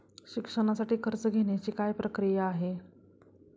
शिक्षणासाठी कर्ज घेण्याची काय प्रक्रिया आहे?